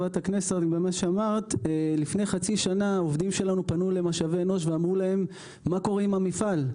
לפני חצי שנה העובדים שלנו פנו למשאבי אנוש ואמרו להם מה קורה עם המפעל,